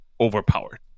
overpowered